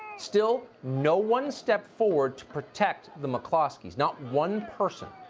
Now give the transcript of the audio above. still, no one stepped forward to protect the mccloskeys, not one person.